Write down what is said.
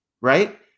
right